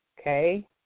okay